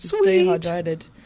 Dehydrated